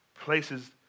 places